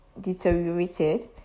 deteriorated